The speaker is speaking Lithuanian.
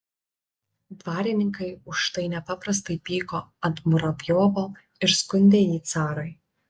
dvarininkai už tai nepaprastai pyko ant muravjovo ir skundė jį carui